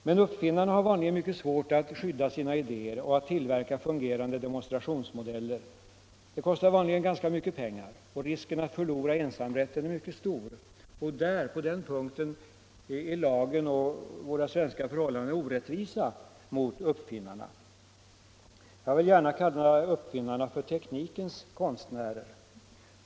Men uppfinnarna har ofta mycket svårt att skydda sina idéer och att tillverka fungerande demonstrationsmodeller. Det kostar vanligen ganska mycket pengar, och risken att förlora ensamrätten är stor. På den punkten är lagen och de svenska förhållandena orättvisa mot uppfinnarna. Jag vill gärna kalla uppfinnarna för ”teknikens konstnärer”.